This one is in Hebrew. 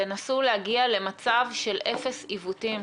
תנסו להגיע למצב של אפס עיוותים,